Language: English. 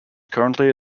currently